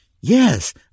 Yes